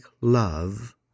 love